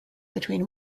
between